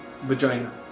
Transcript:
Vagina